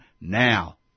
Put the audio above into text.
now